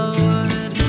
Lord